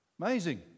Amazing